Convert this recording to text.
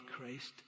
Christ